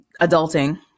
adulting